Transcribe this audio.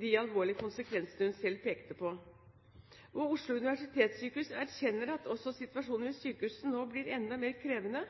de alvorlige konsekvensene hun selv pekte på. Oslo universitetssykehus erkjenner også at situasjonen ved sykehuset nå blir enda mer krevende,